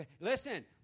Listen